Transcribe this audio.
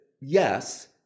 yes